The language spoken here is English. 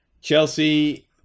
Chelsea